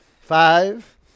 Five